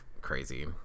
crazy